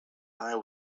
eye